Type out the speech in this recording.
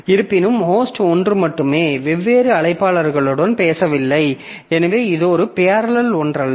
இருப்பினும் ஹோஸ்ட் ஒன்று மட்டுமே வெவ்வேறு அழைப்பாளர்களுடன் பேசவில்லை எனவே இது ஒரு பேரலல் ஒன்றல்ல